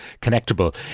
connectable